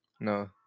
No